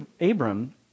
Abram